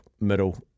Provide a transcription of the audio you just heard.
middle